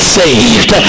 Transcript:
saved